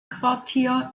quartier